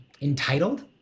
entitled